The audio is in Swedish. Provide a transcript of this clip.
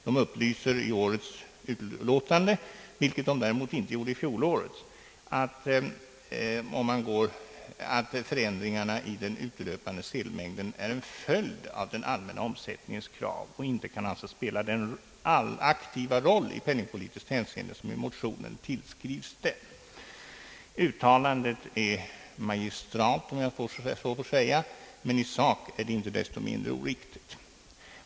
Det upplyser i årets utlåtande, vilket det däremot inte gjorde i fjolårets, att förändringarna i den utelöpande sedelmängden är en följd av den allmänna omsättningens krav och inte kan anses spela den aktiva roll i penningpolitiskt hänseende som den tillskrivs i motionen. Uttalandet är magistralt, om jag så får säga, men i sak är det inte desto mindre oriktigt.